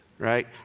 Right